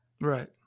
Right